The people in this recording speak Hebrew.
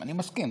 אני מסכים,